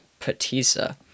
Patisa